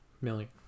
million